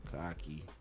cocky